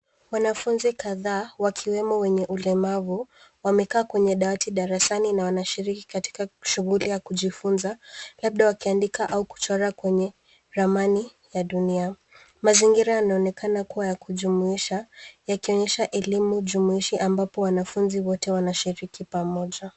Wanafunzi kadhaa, wakiwemo wenye ulemavu, wamekaa kwenye dawati darasani na wanashiriki katika shughuli ya kujifunza, labda wakiandika au kuchora kwenye ramani ya dunia. Mazingira yanaonekana kuwa ya kujumuisha, yakionyesha elimu jumuishi ambapo wanafunzi wote wanashiriki pamoja.